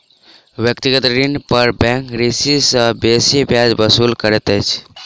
व्यक्तिगत ऋण पर बैंक ऋणी सॅ बेसी ब्याज वसूल करैत अछि